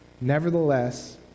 Nevertheless